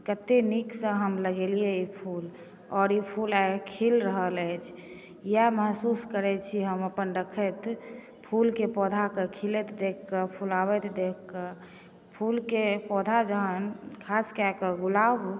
कतेक नीकसँ हम लगेलिए ई फूल आओर ई फूल आइ खिल रहल अछि इएह महसूस करै छी हम अपन देखैत फूलके पौधाके खिलैत देखिके फुलाबैत देखिके फूलके पौधा जखन खासकऽ कऽ गुलाब